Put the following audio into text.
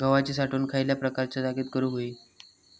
गव्हाची साठवण खयल्या प्रकारच्या जागेत करू होई?